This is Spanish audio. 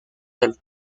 del